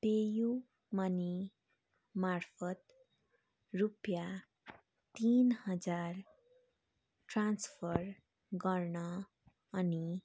PayU मनिमार्फत् रुपियाँ तिन हजार ट्रान्स्फर गर्न अनि